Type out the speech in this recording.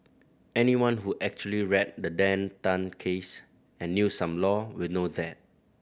anyone who actually read the Dan Tan case and knew some law will know that